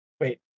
Wait